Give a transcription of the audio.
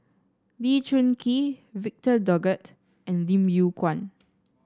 Lee Choon Kee Victor Doggett and Lim Yew Kuan